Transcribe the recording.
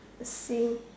I see